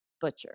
butcher